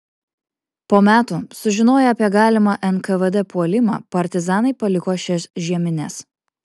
po metų sužinoję apie galimą nkvd puolimą partizanai paliko šias žiemines